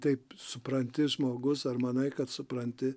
taip supranti žmogus ar manai kad supranti